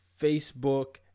Facebook